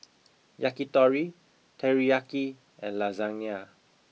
Yakitori Teriyaki and Lasagne